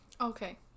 okay